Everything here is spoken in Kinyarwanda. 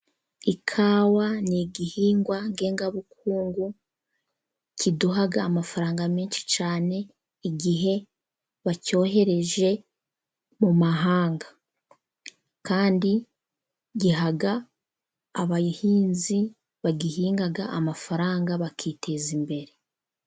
Ikawa ni igihingwa ngengabukungu, kiduha amafaranga menshi cyane, igihe bacyohereje mu mahanga. Kandi giha abahinzi bagihinga amafaranga bakiteza imbere.